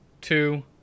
two